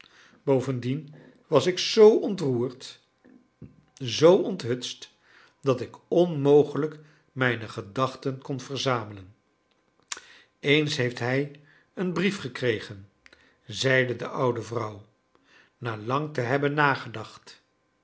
bovendien was ik zoo ontroerd zoo onthutst dat ik onmogelijk mijne gedachten kon verzamelen eens heeft hij een brief gekregen zeide de oude vrouw na lang te hebben nagedacht